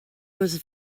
was